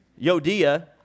Yodia